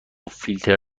فیلتر